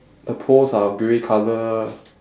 the poles are grey colour